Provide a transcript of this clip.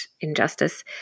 injustice